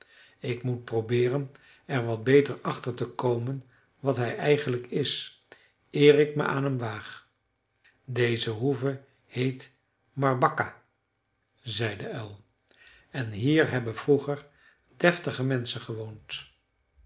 ik moet probeeren er wat beter achter te komen wat hij eigenlijk is eer ik me aan hem waag deze hoeve heet mrbacka zei de uil en hier hebben vroeger deftige menschen gewoond